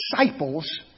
disciples